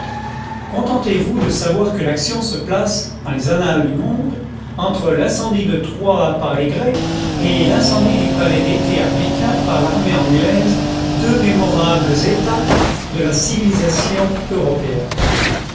contentezvous de savoir que l'action se place dans les annales du monde entre l'incendie de troie par les grecs et l'incendie du palais d'été à pékin par l'armée anglaise deux mémorables étapes de la civilisation européenne